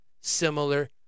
similar